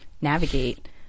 navigate